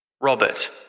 Robert